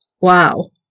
Wow